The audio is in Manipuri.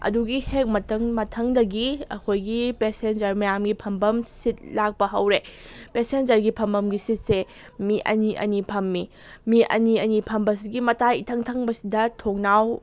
ꯑꯗꯨꯒꯤ ꯍꯦꯛ ꯃꯊꯪ ꯃꯊꯪꯗꯒꯤ ꯑꯩꯈꯣꯏꯒꯤ ꯄꯦꯁꯦꯟꯖꯔ ꯃꯌꯥꯝꯒꯤ ꯐꯝꯐꯝ ꯁꯤꯠ ꯂꯥꯛꯄ ꯍꯧꯔꯦ ꯄꯦꯁꯦꯟꯖꯔꯒꯤ ꯐꯝꯕꯝꯒꯤ ꯁꯤꯠꯁꯦ ꯃꯤ ꯑꯅꯤ ꯑꯅꯤ ꯐꯝꯃꯤ ꯃꯤ ꯑꯅꯤ ꯑꯅꯤ ꯐꯝꯕꯁꯤꯒꯤ ꯃꯇꯥꯏ ꯏꯊꯪ ꯊꯪꯕꯁꯤꯗ ꯊꯣꯡꯅꯥꯎ